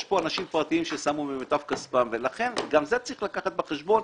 יש כאן אנשים פרטיים שמו ממיטב כספם ולכן גם את זה צריך לקחת בחשבון.